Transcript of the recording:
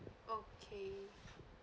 okay